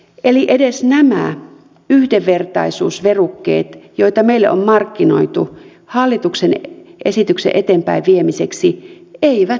eli edes nämä yhdenvertaisuusverukkeet joita meille on markkinoitu hallituksen esityksen eteenpäin viemiseksi eivät tässä toteudu